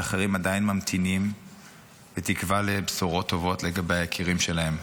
ואחרים עדיין ממתינים בתקווה לבשורות טובות לגבי היקירים שלהם.